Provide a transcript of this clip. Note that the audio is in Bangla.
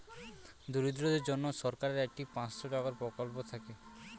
দরিদ্রদের জন্য সরকারের একটি পাঁচশো টাকার প্রকল্প থাকে